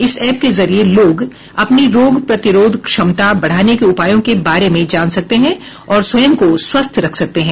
इस ऐप के जरिए लोग अपनी रोग प्रतिरोध क्षमता बढ़ाने के उपायों के बारे में जान सकते हैं और स्वयं को स्वस्थ रख सकते हैं